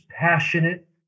passionate